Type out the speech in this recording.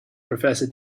professor